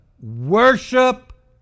Worship